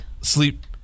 Sleep